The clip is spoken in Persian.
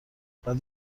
بعد